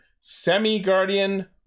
Semi-Guardian